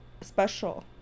special